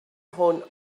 hold